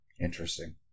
Interesting